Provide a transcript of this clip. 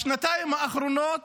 בשנתיים האחרונות